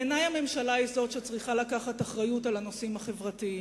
בעיני הממשלה היא זאת שצריכה לקחת אחריות לנושאים החברתיים,